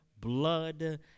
blood